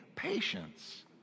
patience